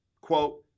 quote